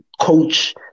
coach